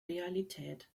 realität